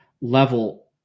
level